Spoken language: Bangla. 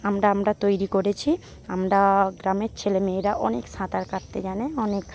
আমরা আমরা তৈরি করেছি আমরা গ্রামের ছেলে মেয়েরা অনেক সাঁতার কাটতে জানে